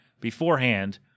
beforehand